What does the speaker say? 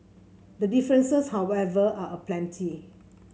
the differences however are aplenty